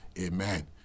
Amen